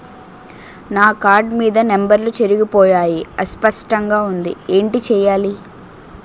నా కార్డ్ మీద నంబర్లు చెరిగిపోయాయి అస్పష్టంగా వుంది ఏంటి చేయాలి?